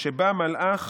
שבא מלאך